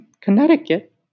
Connecticut